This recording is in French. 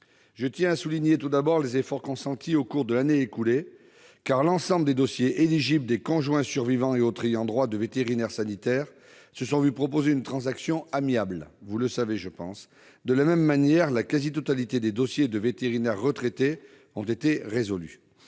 je tiens à souligner les efforts consentis au cours de l'année écoulée : comme vous le savez, l'ensemble des dossiers éligibles des conjoints survivants et autres ayants droit de vétérinaires sanitaires se sont vu proposer une transaction amiable. De même, la quasi-totalité des dossiers de vétérinaires retraités ont été résolus.